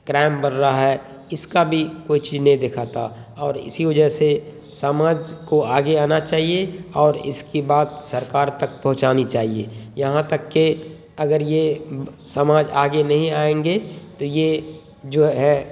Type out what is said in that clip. crime بڑھ رہا ہے اس کا بھی کوئی چیز نہیں دکھاتا اور اسی وجہ سے سماج کو آگے آنا چاہیے اور اس کی بات سرکار تک پہنچانی چاہیے یہاں تک کہ اگر یہ سماج آگے نہیں آئیں گے تو یہ جو ہے